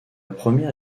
première